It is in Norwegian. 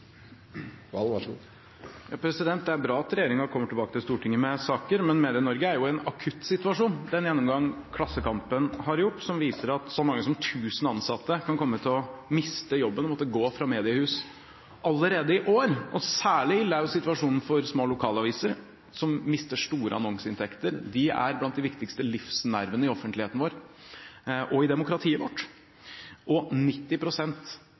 bra at regjeringen kommer tilbake til Stortinget med saker, men Medie-Norge er jo i en akutt situasjon. Den gjennomgangen Klassekampen har gjort, viser at så mange som 1 000 ansatte kan komme til å miste jobben og måtte gå fra mediehus allerede i år. Særlig ille er situasjonen for små lokalaviser, som mister store annonseinntekter. De er blant de viktigste livsnervene i offentligheten vår og i demokratiet vårt.